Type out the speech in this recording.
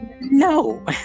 no